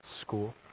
school